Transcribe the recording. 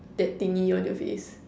that thingy on your face